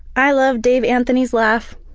i love dave anthony's laugh.